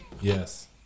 Yes